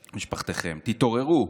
"תתעוררו,